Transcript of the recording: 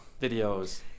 videos